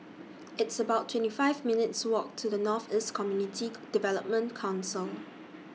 It's about twenty five minutes' Walk to The North East Community Development Council